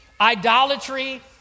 idolatry